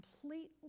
completely